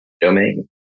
domain